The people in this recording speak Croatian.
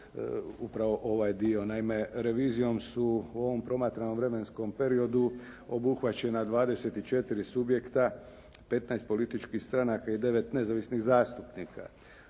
upravo ovaj dio. Naime, revizijom su u ovom promatranom vremenskom periodu obuhvaćena 24 subjekta, 15 političkih stranaka i 9 nezavisnih zastupnika.